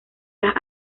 las